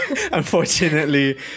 Unfortunately